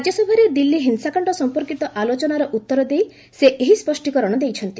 ରାଜ୍ୟସଭାରେ ଦିଲ୍ଲୀ ହିଂସାକାଣ୍ଡ ସମ୍ପର୍କିତ ଆଲୋଚନାର ଉତ୍ତର ଦେଇ ସେ ଏହି ସ୍ୱଷ୍ଟୀକରଣ ଦେଇଛନ୍ତି